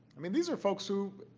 i mean, these are folks who